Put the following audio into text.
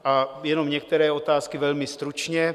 A jenom některé otázky velmi stručně.